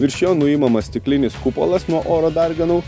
virš jo nuimamas stiklinis kupolas nuo oro darganų